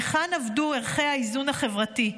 היכן אבדו ערכי האיזון החברתי?